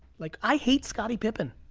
like i hate scotty pippin.